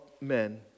men